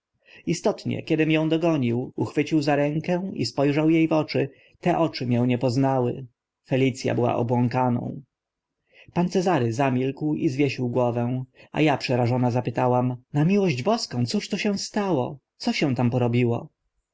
istotnie kiedym ą dogonił uchwycił za ręce i spo rzał e w oczy te oczy mię nie poznały felic a była obłąkaną pan cezary zamilkł i zwiesił głowę a a przerażona zapytałam na miłość boską cóż się to stało co się tam porobiło